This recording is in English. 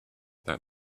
that